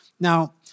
Now